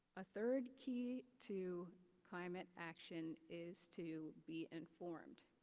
a third key to climate action is to be informed.